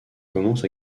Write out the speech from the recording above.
commence